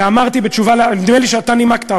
ונדמה לי שאתה נימקת,